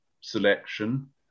selection